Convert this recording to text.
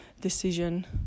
decision